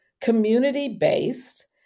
community-based